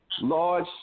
Large